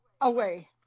away